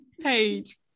page